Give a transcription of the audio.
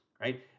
right